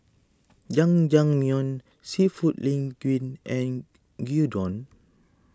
Jajangmyeon Seafood Linguine and Gyudon